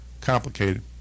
complicated